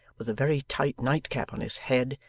with a very tight night-cap on his head,